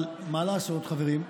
אבל מה לעשות, חברים,